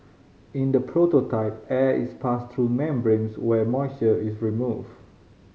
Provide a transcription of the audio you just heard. in the prototype air is passed through membranes where moisture is removed